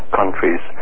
countries